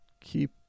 keep